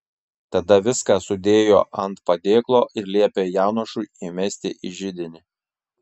tada viską sudėjo ant padėklo ir liepė janošui įmesti į židinį